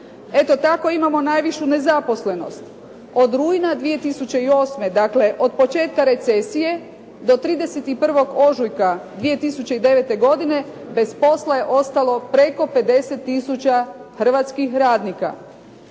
Eto tako imamo najvišu nezaposlenost. Od rujna 2008. dakle, od početka recesije do 31. ožujka 2009. godine bez posla je ostalo preko 50 tisuća hrvatskih radnika.